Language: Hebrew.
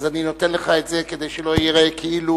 אז אני נותן לך את זה, כדי שלא ייראה כאילו,